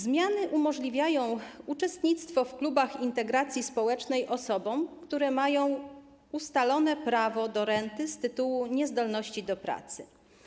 Zmiany umożliwiają uczestnictwo w klubach integracji społecznej osobom, które mają ustalone prawo do renty z tytułu niezdolności do pracy.